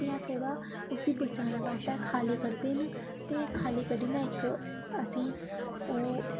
फ्ही अस ओह्दा उसी बचाने आस्तै अस खाला कड्ढदे न ते खाले कड्ढने न असेंगी